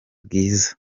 bwiza